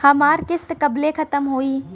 हमार किस्त कब ले खतम होई?